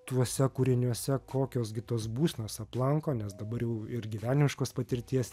tuose kūriniuose kokios gi tos būsenos aplanko nes dabar jau ir gyvenimiškos patirties